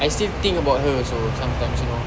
I still think about her also sometimes you know